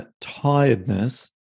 tiredness